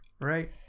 right